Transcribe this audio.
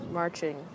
marching